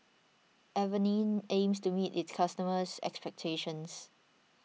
Avene aims to meet its customers' expectations